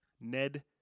Ned